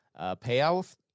payout